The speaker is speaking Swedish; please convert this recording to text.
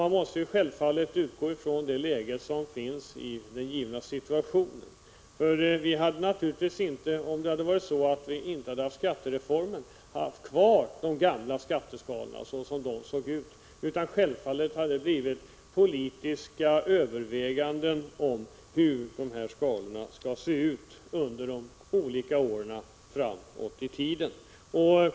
Man måste självfallet utgå från det läge som råder i den givna situationen. Om inte skattereformen hade genomförts skulle vi givetvis inte ha haft kvar de gamla skatteskalorna oförändrade, utan det hade blivit politiska överväganden om hur skalorna skulle se ut under åren framåt i tiden.